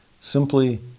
Simply